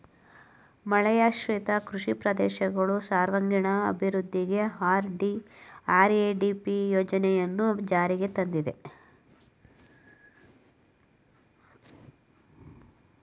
ಮಳೆಯಾಶ್ರಿತ ಕೃಷಿ ಪ್ರದೇಶಗಳು ಸರ್ವಾಂಗೀಣ ಅಭಿವೃದ್ಧಿಗೆ ಆರ್.ಎ.ಡಿ.ಪಿ ಯೋಜನೆಯನ್ನು ಜಾರಿಗೆ ತಂದಿದೆ